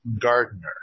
gardener